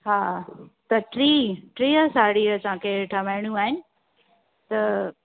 हाअ त टीह टीह साड़ियूं असांखे ठहिराइणियूं आहिनि त